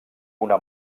una